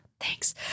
Thanks